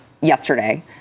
yesterday